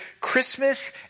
Christmas